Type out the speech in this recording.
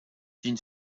d’une